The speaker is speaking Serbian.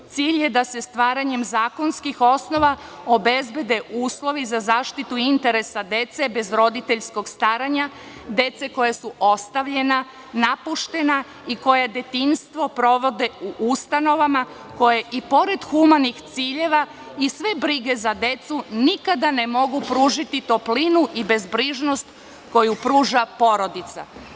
Cilj je da se stvaranjem zakonskih osnova obezbede uslovi za zaštitu interesa dece bez roditeljskog staranja, dece koja su ostavljena, napuštena i koja detinjstvo provode u ustanovama koje i pored humanih ciljeva i sve brige za decu, nikada ne mogu pružiti toplinu i bezbrižnost koju pruža porodica.